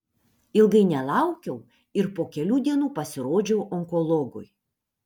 ilgai nelaukiau ir po kelių dienų pasirodžiau onkologui